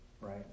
Right